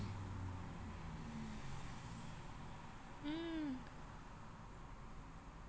oh